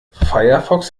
firefox